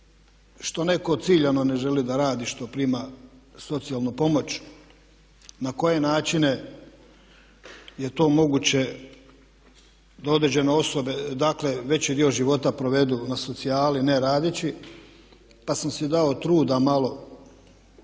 što netko ciljano ne želi da radi što prima socijalnu pomoć. Na koje načine je to moguće da određene osobe, dakle veći dio života, provedu na socijali ne radeći? Pa sam si dao truda malo